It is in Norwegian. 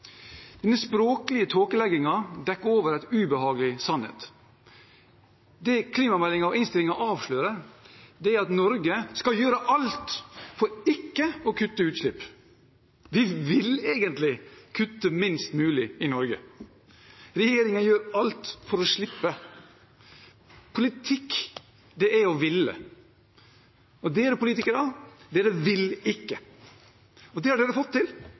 Denne språklige tåkeleggingen dekker over en ubehagelig sannhet. Det klimameldingen og innstillingen avslører, er at Norge skal gjøre alt for ikke å kutte utslipp. Vi vil egentlig kutte minst mulig i Norge. Regjeringen gjør alt for å slippe. Politikk er å ville, men politikerne vil ikke, og det har de fått til.